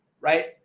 right